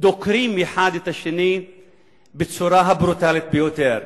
דוקרים האחד את השני בצורה הברוטלית ביותר.